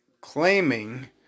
claiming